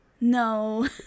No